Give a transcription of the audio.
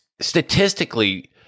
statistically